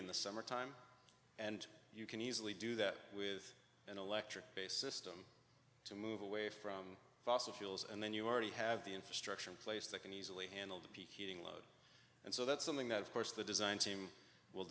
in the summertime and you can easily do that with an electric bass system to move away from fossil fuels and then you already have the infrastructure in place that can easily handle the peak heating load and so that's something that of course the design team will